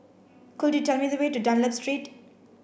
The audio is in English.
could you tell me the way to Dunlop Street